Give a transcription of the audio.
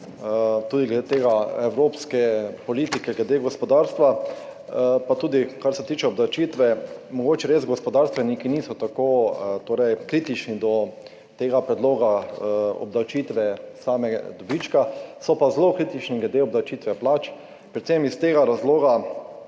tudi glede evropske politike glede gospodarstva. Pa tudi, kar se tiče obdavčitve, mogoče res gospodarstveniki niso tako kritični do tega predloga obdavčitve samega dobička, so pa zelo kritični glede obdavčitve plač, predvsem iz razloga,